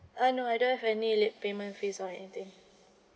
uh no I don't have any late payment fees or anything